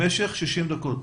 למשך 60 דקות.